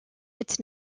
its